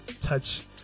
touch